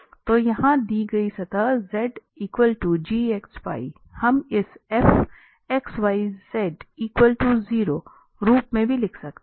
तो यहाँ दी गई सतह z gxy हम इस fxyz0 रूप में भी लिख सकते हैं